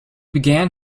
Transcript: began